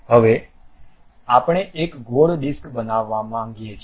હવે આપણે એક ગોળ ડિસ્ક બનાવવા માંગીએ છીએ